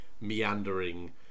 meandering